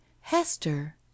Hester